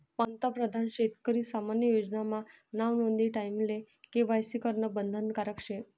पंतप्रधान शेतकरी सन्मान योजना मा नाव नोंदानी टाईमले के.वाय.सी करनं बंधनकारक शे